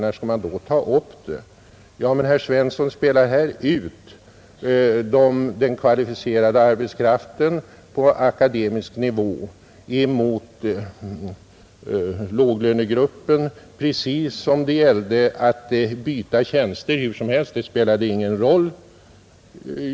När skall man då ta upp dem? Herr Svensson spelar här ut den kvalificerade arbetskraften på akademisk nivå mot låglönegruppen, precis som om det gällde att byta tjänster hur som helst.